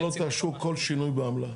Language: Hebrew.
למה שלא תאשרו כל שינוי בעמלה?